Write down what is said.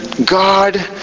God